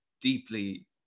deeply